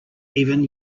even